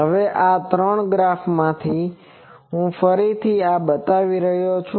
હવે આ ત્રણ ગ્રાફમાંથી હું ફરીથી આ બતાવી રહ્યો છું